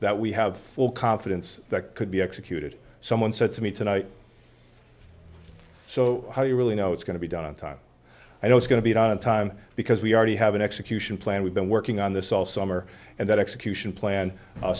that we have full confidence that could be executed someone said to me tonight so how you really know it's going to be done on time i know it's going to beat on time because we already have an execution plan we've been working on this all summer and that execution plan